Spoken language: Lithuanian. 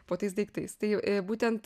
po tais daiktais tai būtent